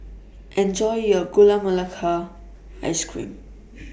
Enjoy your Gula Melaka Ice Cream